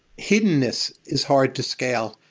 hiddenness is hard to scale.